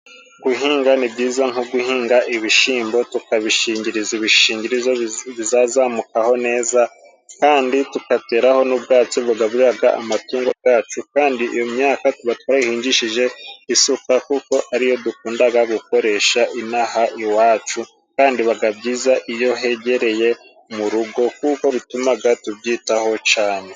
Guhinga ni byiza, nko guhinga ibishyimbo tukabishingiriza ibishingirizo bizazamukaho neza, kandi tugateraho n'ubwatsi bagaburira amatungo yacu, kandi iyo myaka tuba twarayihingishije isuka kuko ari yo dukunda gukoresha ino aha iwacu, kandi biba byiza iyo hegereye mu rugo kuko bituma tubyitaho cyane.